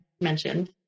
mentioned